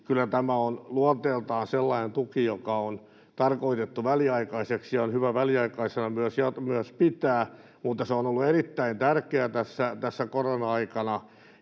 kyllä tämä on luonteeltaan sellainen tuki, joka on tarkoitettu väliaikaiseksi ja on hyvä väliaikaisena myös pitää, mutta se on ollut erittäin tärkeä tässä korona-aikana,